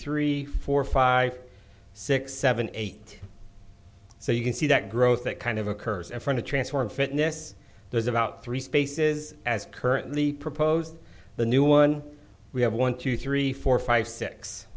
three four five six seven eight so you can see that growth that kind of occurs in front to transform fitness there's about three spaces as currently proposed the new one we have one two three four five six